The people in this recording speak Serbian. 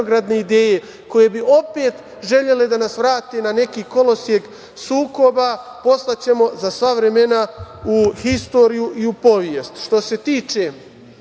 koje bi opet želele da nas vrate na neki kolosek sukoba, poslaćemo za sva vremena u istoriju i u povest. Što